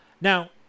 Now